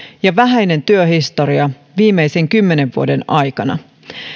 ja vähäinen työhistoria viimeisen kymmenen vuoden aikana